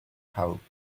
hope